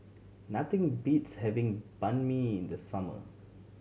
nothing beats having Banh Mi in the summer